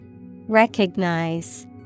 Recognize